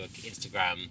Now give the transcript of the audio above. Instagram